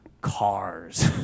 cars